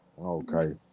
okay